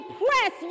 press